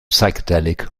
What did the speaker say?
psychedelic